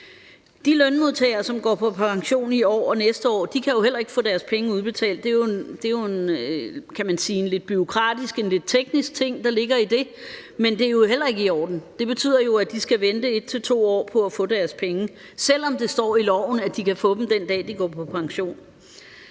De lønmodtagere, som går på pension i år og næste år, kan jo heller ikke få deres penge udbetalt. Det er jo en, kan man sige, en lidt bureaukratisk, teknisk ting, der ligger i det. Men det er jo heller ikke i orden. Det betyder jo, at de skal vente 1-2 år på at få deres penge, selv om det står i loven, at de kan få dem den dag, de går på pension.